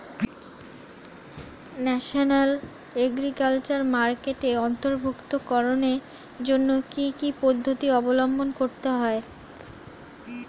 National agriculture মার্কেটে অন্তর্ভুক্তিকরণের জন্য কি কি পদ্ধতি অবলম্বন করতে হয়?